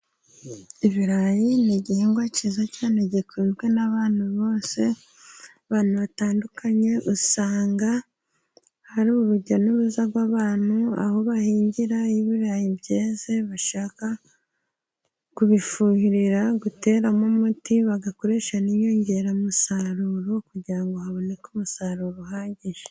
Ibirayi ni igihingwa cyiza cyane gikunzwe n'abantu bose abantu batandukanye, usanga hari urujya n'uruza rw'abantu, aho bahingira i birayi byeze, bashaka kubifuhira guteramo umuti bagakoresha inyongeramusaruro kugira ngo haboneke umusaruro uhagije.